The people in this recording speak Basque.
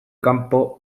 kanpo